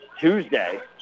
Tuesday